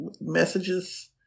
messages